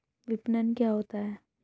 विपणन क्या होता है?